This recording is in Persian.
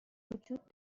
وجود